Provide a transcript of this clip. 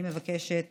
אני מבקשת